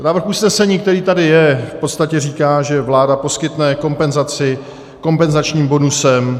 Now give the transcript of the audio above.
Návrh usnesení, který tady je, v podstatě říká, že vláda poskytne kompenzaci kompenzačním bonusem.